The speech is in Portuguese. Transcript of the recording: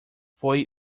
foi